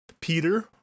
Peter